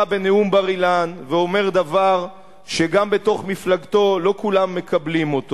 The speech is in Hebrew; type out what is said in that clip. ובא בנאום בר-אילן ואומר דבר שגם בתוך מפלגתו לא כולם מקבלים,